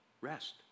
Rest